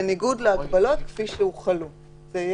"להורות לרשות המקומית..." שינינו: הורדנו